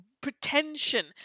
pretension